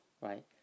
right